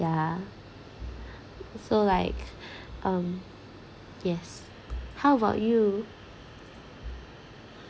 yeah so like um yes how about you